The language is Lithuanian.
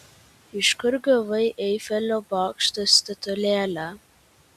iš kur gavai eifelio bokšto statulėlę